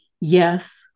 Yes